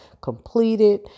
completed